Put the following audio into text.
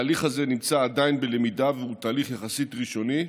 התהליך הזה נמצא עדיין בלמידה והוא תהליך ראשוני יחסית,